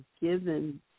given